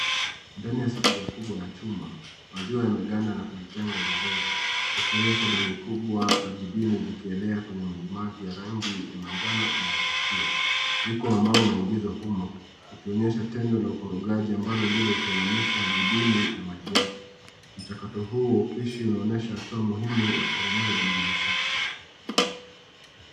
Ndani ya sufuria kubwa ya chuma, maziwa yameganda na kujitenga vizuri, yakionesha ndoge kubwa la jibini ikielea kwenye majimaji rangi ya manjano inayovutia. Mwiko ambao umeingizwa humo ikionesha tendo la ukorogaji ambalo ndilo utenganisho jibini na maji yake. Mchakato huu kuishi unaonesha hatua muhimu ya kutengeneza jibini safi.